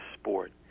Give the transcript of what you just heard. sport